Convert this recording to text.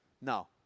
no